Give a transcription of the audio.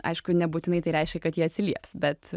aišku nebūtinai tai reiškia kad ji atsilieps bet